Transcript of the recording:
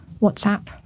WhatsApp